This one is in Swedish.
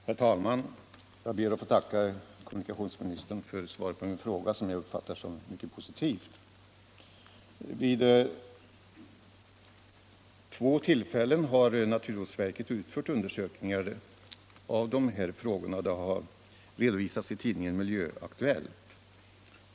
Herr talman! Jag ber att få tacka kommunikationsministern för svaret på min fråga, som jag uppfattar som mycket positivt. Vid två tillfällen har naturvårdsverket utfört undersökningar på det här området, och de har redovisats i tidningen Miljöaktuellt.